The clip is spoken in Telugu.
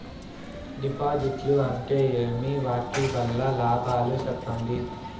డిపాజిట్లు అంటే ఏమి? వాటి వల్ల లాభాలు సెప్పండి?